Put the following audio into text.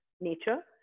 nature